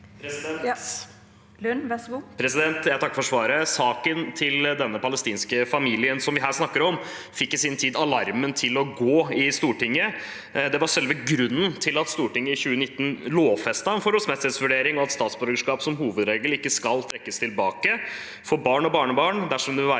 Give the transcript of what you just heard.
Jeg takker for svaret. Saken til den palestinske familien som vi her snakker om, fikk i sin tid alarmen til å gå i Stortinget. Det var selve grunnen til at Stortinget i 2019 lovfestet en forholdsmessighetsvurdering, og at statsborgerskap som hovedregel ikke skal trekkes tilbake for barn og barnebarn dersom det vil være